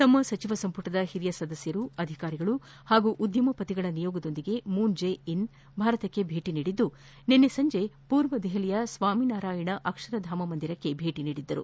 ತಮ್ಮ ಸಚಿವ ಸಂಪುಟದ ಹಿರಿಯ ಸದಸ್ಯರು ಅಧಿಕಾರಿಗಳು ಹಾಗೂ ಉದ್ಯಮಪತಿಗಳ ನಿಯೋಗದೊಂದಿಗೆ ಮೂನ್ ಜೆ ಇನ್ ಭಾರತಕ್ಕೆ ಭೇಟಿ ನೀಡಿದ್ದು ನಿನ್ನೆ ಸಂಜೆ ಪೂರ್ವ ದೆಹಲಿಯ ಸ್ವಾಮಿ ನಾರಾಯಣ್ ಅಕ್ಷರಧಾಮ ಮಂದಿರಕ್ಕೆ ಭೇಟಿ ನೀಡಿದ್ದರು